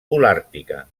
holàrtica